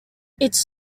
its